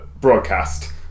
broadcast